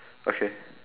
okay